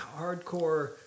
hardcore